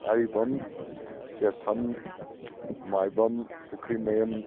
ꯑꯍꯩꯕꯝ ꯆꯦꯁꯝ ꯃꯥꯏꯕꯝ ꯄꯨꯈ꯭ꯔꯤ ꯃꯌꯨꯝ